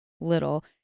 little